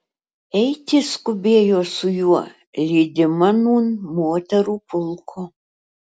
eiti skubėjo su juo lydima nūn moterų pulko